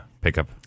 pickup